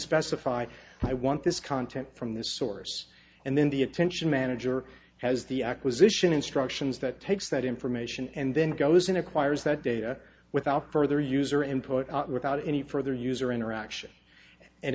specify i want this content from this source and then the attention manager has the acquisition instructions that takes that information and then goes in acquires that data without further user input without any further user interaction and